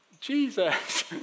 Jesus